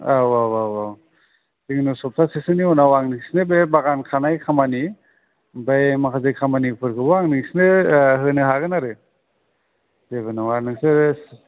औ औ औ औ जोंनाव सफ्था सेनि उनाव आं नोंसिनो बे बागान खानाय खामानि आमफ्राय माखासे खामानिफोरखौबो आं नोंसिनो होनो हागोन आरो जेबो नङा नोंसोर